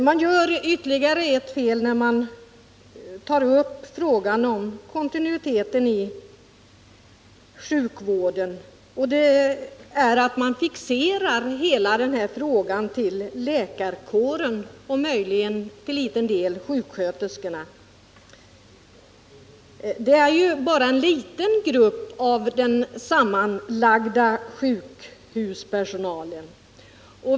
Man gör ännu ett fel när man tar upp frågan om kontinuiteten i sjukvården, och det är att man fixerar hela frågan till läkarkåren och möjligen — till liten del — sjuksköterskorna. De är ju bara en ringa del av sjukhuspersonalen.